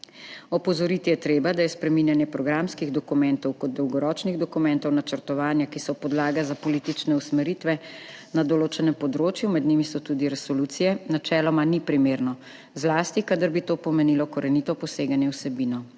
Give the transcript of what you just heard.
»Opozoriti je treba, da spreminjanje programskih dokumentov kot dolgoročnih dokumentov načrtovanja, ki so podlaga za politične usmeritve na določenem področju, med njimi so tudi resolucije, načeloma ni primerno, zlasti kadar bi to pomenilo korenito poseganje v vsebino.«